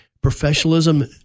professionalism